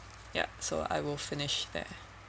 ya so I will finish there